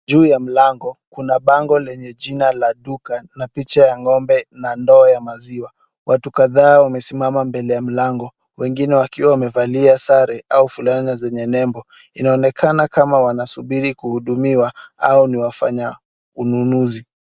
Juu ya mlango, kuna bango lenye jina la duka na picha ya ng'ombe na ndoo ya maziwa. Watu kadhaa wamesimama mbele ya mlango, wengine wakiwa wamevalia sare au fulana zenye nembo, inaonekana kama wanasubiri kuhudumiwa au niwafanya ununuzi.